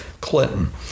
Clinton